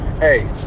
Hey